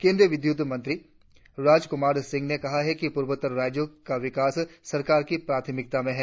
केंद्रीय विद्युत मंत्री राज कुमार सिंह ने कहा है कि पूर्वोत्तर राज्यों का विकास सरकार की प्राथमिकता में है